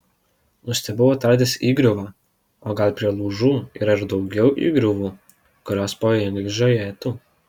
nustebau atradęs įgriuvą o gal prie lūžų yra ir daugiau įgriuvų kurios pavojingai žiojėtų